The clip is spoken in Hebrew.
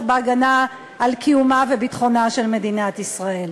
בהגנה על קיומה וביטחונה של מדינת ישראל.